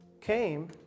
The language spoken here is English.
came